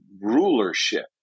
rulership